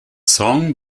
song